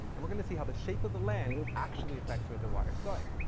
and we're going to see how the shape of the land actually affects where the water's going.